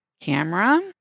camera